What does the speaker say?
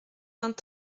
vingt